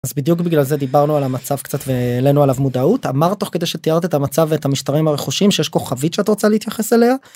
אז בדיוק בגלל זה דיברנו על המצב קצת והעלנו אליו מודעות, אמרת תוך כדי שתיארת את המצב את המשטרים הרכושיים שיש כוכבית שאת רוצה להתייחס אליה.